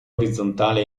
orizzontale